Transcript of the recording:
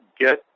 get